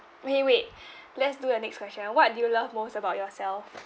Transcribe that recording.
wait wait let's do the next question what do you love most about yourself